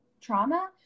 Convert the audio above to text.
trauma